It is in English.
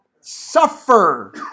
suffer